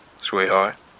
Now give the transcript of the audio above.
Sweetheart